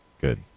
Good